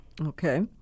Okay